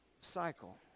cycle